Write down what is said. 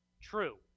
True